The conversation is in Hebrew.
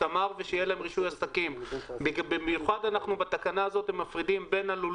אלא אם כן בזמן שחלף ממועד העתקת הגידול ניתן ללול